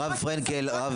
הרב פרנקל.